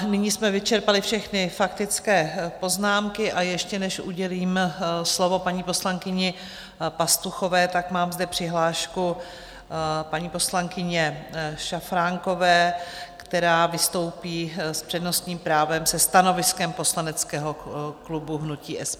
Nyní jsme vyčerpali všechny faktické poznámky, a ještě než udělím slovo paní poslankyni Pastuchové, tak zde mám přihlášku paní poslankyně Šafránkové, která vystoupí s přednostním právem se stanoviskem poslaneckého klubu hnutí SPD.